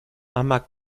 amak